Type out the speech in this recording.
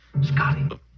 Scotty